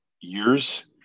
years